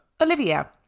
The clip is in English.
Olivia